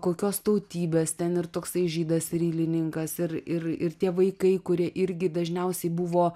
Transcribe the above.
kokios tautybės ten ir toksai žydas ir dailininkas ir ir ir tie vaikai kurie irgi dažniausiai buvo